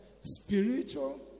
spiritual